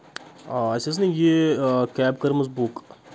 آ اَسہِ حظ نہٕ یہِ کیب کٔرمٕژ بُک